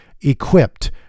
equipped